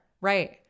right